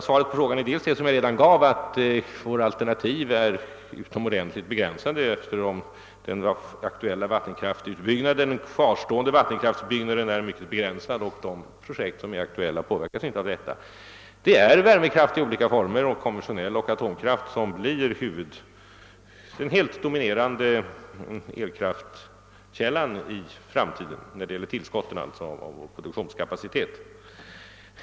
Svaret på frågan är i stort sett det som jag redan givit, nämligen att våra alternativ är utomordentligt begränsade, eftersom den fortsatta vattenkraftutbyggnaden endast kan bli mycket obetydlig och de aktuella projekten inte påverkas härav. Det är värmekraft i olika former — konventionell kraft och atomkraft — som blir den helt dominerande elkraftkällan i framtiden beträffande tillskott av vår produktionskapacitet.